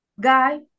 guy